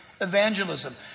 evangelism